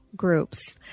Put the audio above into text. groups